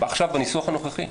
עכשיו בניסוח הנוכחי.